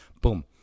Boom